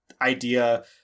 idea